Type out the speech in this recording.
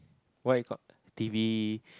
what you call T_V